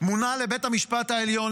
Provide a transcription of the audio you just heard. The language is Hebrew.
מונה לבית המשפט העליון,